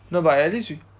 no but at least we